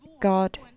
God